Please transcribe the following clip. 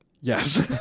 yes